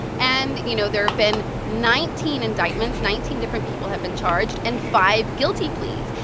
and, you know, there have been nineteen indictments nineteen different people have been charged and five guilty pleas.